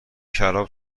شراب